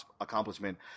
accomplishment